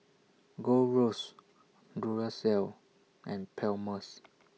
Gold Roast Duracell and Palmer's